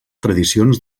tradicions